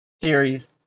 series